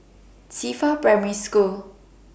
Qifa Primary School